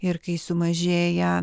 ir kai sumažėja